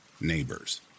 neighbors